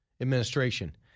administration